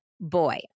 boy